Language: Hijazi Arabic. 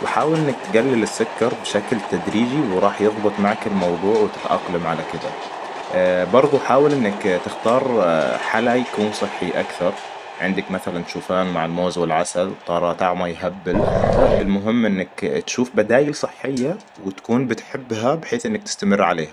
وحاول إنك تقلل السكر بشكل تدريجي وراح يظبط معك الموضوع وتتأقلم على كذا. برضو حاول إنك تختار حلا يكون صحي اكثر عندك مثلاً شوفان مع الموز والعسل ترى طعمه يهبل. المهم إنك تشوف بدايل صحية وتكون بتحبها بحيث إنك تستمر عليها